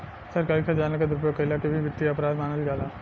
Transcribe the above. सरकारी खजाना के दुरुपयोग कईला के भी वित्तीय अपराध मानल जाला